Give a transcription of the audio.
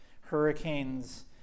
hurricanes